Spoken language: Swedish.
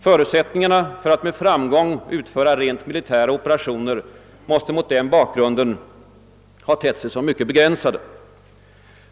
Förutsättningarna för att med framgång utföra rent militära operationer måste mot den bakgrunden ha tett sig som mycket begränsade.